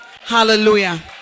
Hallelujah